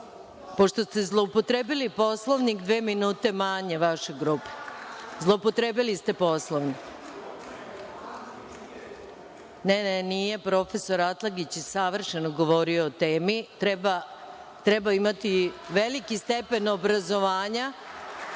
pošto ste zloupotrebili Poslovnik, dva minuta manje vašoj grupi. Zloupotrebili ste Poslovnik. Ne, ne, nije, profesor Atlagić je savršeno govorio o temi, treba imati veliki stepen obrazovanja,